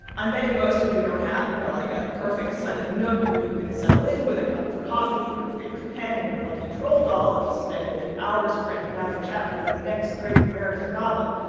i'm betting most of you don't have, you know, like a perfect, sunny nook where you can settle in with a cup of coffee, your favorite pen and your lucky troll doll and spend a few hours cranking out a chapter of the next great american novel.